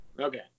Okay